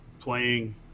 playing